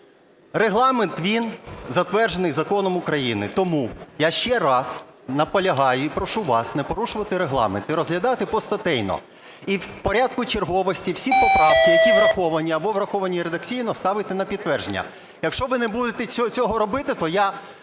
Регламент – він затверджений законом України. Тому я ще раз наполягаю і прошу вас не порушувати Регламент і розглядати постатейно. І в порядку черговості всі поправки, які враховані або враховані редакційно, ставити на підтвердження. Якщо ви не будете цього робити, то я